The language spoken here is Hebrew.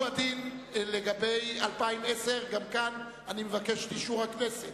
הוא הדין לגבי 2010. גם כאן אני מבקש את אישור הכנסת.